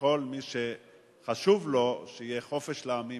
וכל מי שחשוב לו שיהיה חופש לעמים